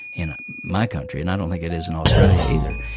in ah my country, and i don't think it is in australia either,